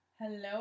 hello